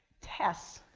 tests.